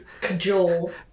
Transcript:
cajole